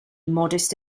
modest